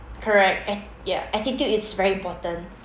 correct at~ ya attitude is very important